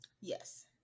Yes